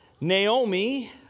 Naomi